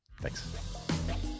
Thanks